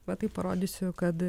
va taip parodysiu kad